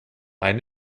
eine